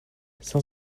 cinq